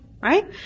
Right